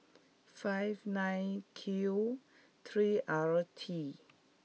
five nine Q three R T